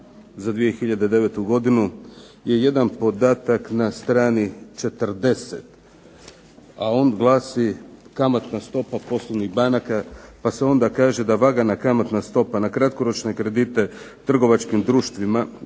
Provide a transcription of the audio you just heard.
za 2009. godinu je jedan podatak na strani 40., a on glasi: "Kamatna stopa poslovnih banaka", pa se onda kaže da "vagana kamatna stopa na kratkoročne kredite trgovačkim društvima